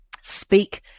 speak